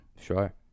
Sure